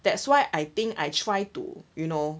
that's why I think I try to you know